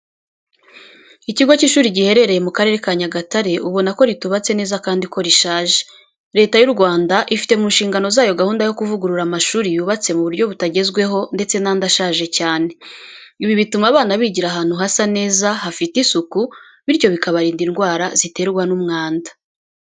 Ikigo cy'ishuri giherereye mu Karere ka Nyagatare, ubona ko ritubatse neza kandi ko rishaje. Leta y'u Rwanda ifite mu nshingano zayo gahunda yo kuvugurura amashuri yubatse mu buryo butagezweho ndetse n'andi ashaje cyane. Ibi bituma abana bigira ahantu hasa neza hafite isuku, bityo bikabarinda indwara ziterwa n'umwanda.